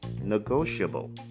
negotiable